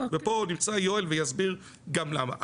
ופה נמצא יואל ויסביר גם למה.